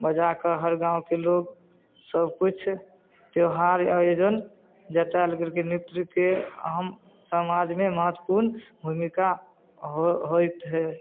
बजाकऽ हर गामके लोक सभकिछु त्योहार आयोजन जताएल गेलखिन नृत्यके अहम समाजमे महत्वपूर्ण भूमिका अऽ हो होइत हइ